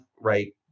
right